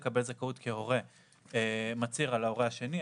לקבל זכאות כהורה מצהיר על ההורה השני,